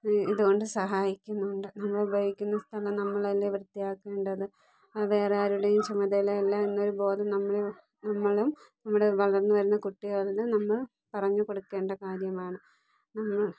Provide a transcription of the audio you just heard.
ഇതുകൊണ്ട് സഹായിക്കുന്നുണ്ട് നമ്മൾ ഉപയോഗിക്കുന്ന സ്ഥലം നമ്മളല്ലേ വൃത്തിയാക്കേണ്ടത് വേറെ ആരുടെയും ചുമതല അല്ല എന്നൊരു ബോധം നമ്മൾ നമ്മളും നമ്മുടെ വളർന്നുവരുന്ന കുട്ടികളിലും നമ്മൾ പറഞ്ഞു കൊടുക്കേണ്ട കാര്യമാണ്